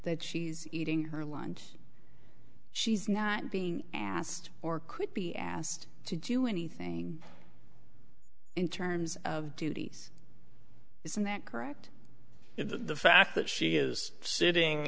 that she's eating her lunch she's not being asked or could be asked to do anything in terms of duties isn't that correct if the fact that she is sitting